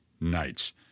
nights